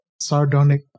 sardonic